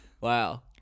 Wow